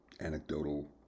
anecdotal